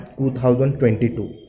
2022